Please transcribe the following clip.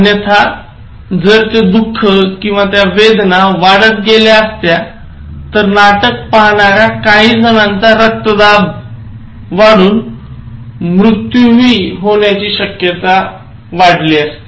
अन्यथा जर ते दुःख किंवा वेदना वाढत गेल्या असत्या तर नाटक पाहणाऱ्या काही जणांचा रक्तदाब वाढून मृत्यू हि होण्याची शक्यता असली असती